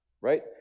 right